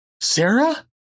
Sarah